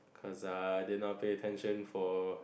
because I did not pay attention for